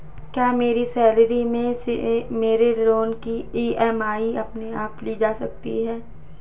क्या मेरी सैलरी से मेरे लोंन की ई.एम.आई अपने आप ली जा सकती है?